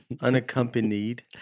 Unaccompanied